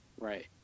Right